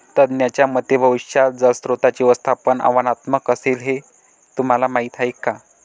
तज्ज्ञांच्या मते भविष्यात जलस्रोतांचे व्यवस्थापन आव्हानात्मक असेल, हे तुम्हाला माहीत आहे का?